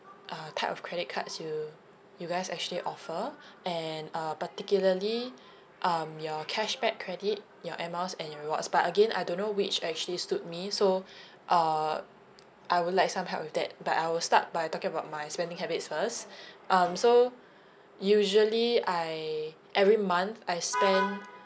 uh type of credit cards you you guys actually offer and uh particularly um your cashback credit your air miles and your rewards but again I don't know which actually suit me so uh I would like some help with that but I will start by talking about my spending habits first um so usually I every month I spend